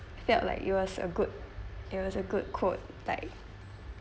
felt like it was a good it was a good quote type